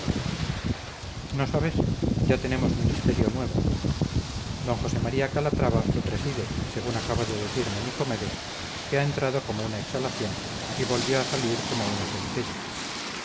no sabes ya tenemos ministerio nuevo d josé maría calatrava lo preside según acaba de decirme nicomedes que ha entrado como una exhalación y volvió a salir como una centella